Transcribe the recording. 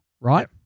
right